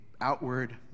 outward